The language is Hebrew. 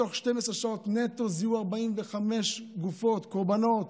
בתוך 12 שעות נטו זיהו 45 גופות, קורבנות.